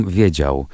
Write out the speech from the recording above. wiedział